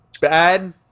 Bad